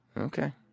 Okay